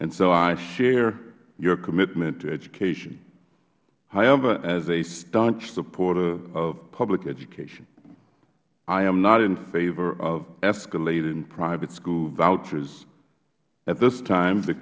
time so i share your commitment to education however as a staunch supporter of public education i am not in favor of escalating private school vouchers at this time